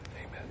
Amen